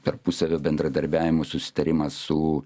tarpusavio bendradarbiavimo susitarimą su